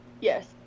Yes